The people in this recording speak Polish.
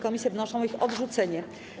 Komisje wnoszą o ich odrzucenie.